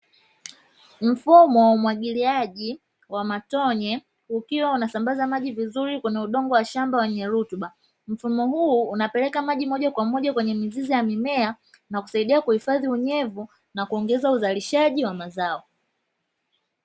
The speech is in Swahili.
Mfumo wa umwagiliaji wa matone ukiwa unasambaza maji vizuri kwenye udongo wa shamba wenye rutuba, mfumo huu unapeleka maji moja kwa moja kwenye mizizi ya mimea, na kusaidia kuhifadhi unyevu, na kuongeza uzalishaji wa mazao.